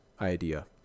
idea